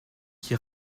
qui